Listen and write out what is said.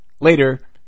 Later